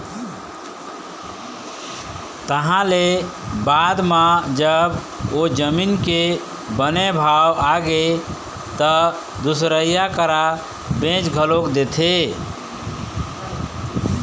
तहाँ ले बाद म जब ओ जमीन के बने भाव आगे त दुसरइया करा बेच घलोक देथे